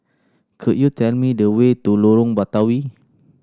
could you tell me the way to Lorong Batawi